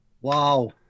Wow